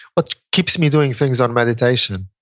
what keeps me doing things on meditation